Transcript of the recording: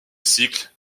cycle